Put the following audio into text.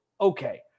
okay